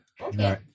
Okay